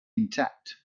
intact